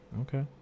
Okay